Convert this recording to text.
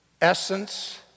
essence